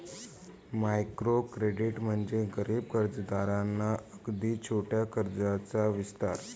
micro credit म्हणजे गरीब कर्जदारांना अगदी छोट्या कर्जाचा विस्तार